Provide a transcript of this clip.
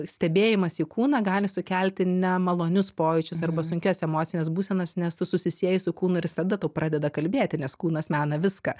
stebėjimas į kūną gali sukelti nemalonius pojūčius arba sunkias emocines būsenas nes tu susisieji su kūnu ir jis tada tau pradeda kalbėti nes kūnas mena viską